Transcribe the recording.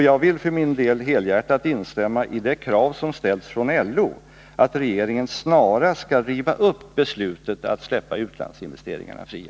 Jag vill för min del helhjärtat instämma i det krav som ställs från LO, nämligen att regeringen snarast skall riva upp beslutet att släppa utlandsinvesteringarna fria.